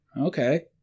Okay